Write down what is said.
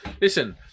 Listen